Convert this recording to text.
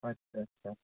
अच्छा अच्छा